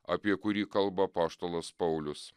apie kurį kalba apaštalas paulius